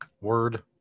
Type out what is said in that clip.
Word